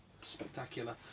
spectacular